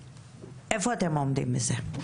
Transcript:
איפה אתם עומדים עם זה?